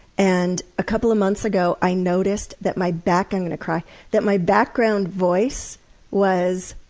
and a couple of months ago, i noticed that my back i'm going to cry that my background voice was,